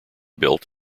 built